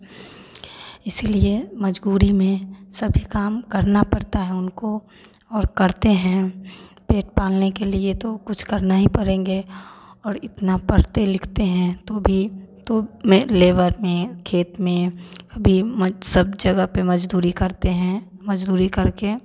इसीलिए मज़दूरी में सभी काम करना पड़ता है उनको और करते हैं पेट पालने के लिए तो कुछ करना ही पड़ेंगे और इतना पढ़ते लिखते हैं तो भी तो मैं लेबर में खेत में अभी मज सब जगह पर मज़दूरी करते हैं मज़दूरी करके